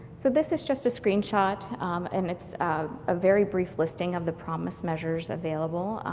so this is just a screen shot and it's a very brief listing of the promis measures available.